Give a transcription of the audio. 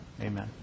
Amen